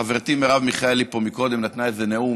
חברתי מרב מיכאלי קודם נתנה איזה נאום